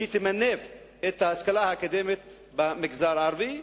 שתמנף את ההשכלה האקדמית במגזר הערבי.